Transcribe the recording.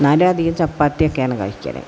എന്നാലും അധികം ചപ്പത്തിയൊക്കെയാണ് കഴിക്കൽ